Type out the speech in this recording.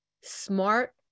Smart